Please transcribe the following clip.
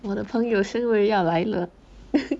我的朋友终于要来了